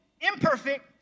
imperfect